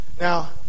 Now